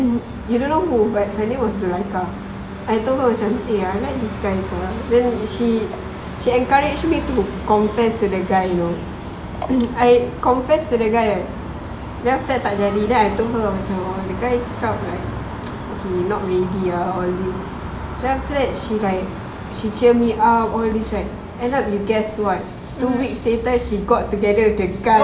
you don't know who but her name was zulaikha I told her macam eh I like this guy sia then she she encourage me to confess to the guy you know I confess to the guy right then after that tak jadi then I told her semua then the guy cakap like he not ready all this then after that she like she cheer me up all this right end up you guess what two weeks later she got together with the guy